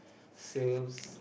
sales